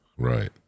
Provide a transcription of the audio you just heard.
Right